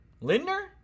Lindner